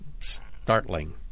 startling